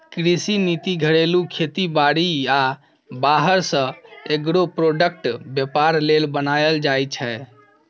कृषि नीति घरेलू खेती बारी आ बाहर सँ एग्रो प्रोडक्टक बेपार लेल बनाएल जाइ छै